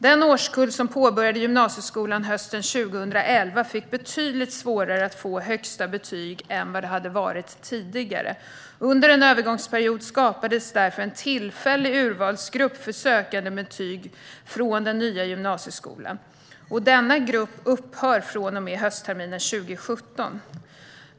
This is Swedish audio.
Den årskull som påbörjade gymnasieskolan hösten 2011 fick betydligt svårare att få högsta betyg än vad det hade varit tidigare. Under en övergångsperiod skapades därför en tillfällig urvalsgrupp för sökande med betyg från den nya gymnasieskolan. Denna grupp upphör från och med höstterminen 2017.